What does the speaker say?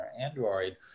Android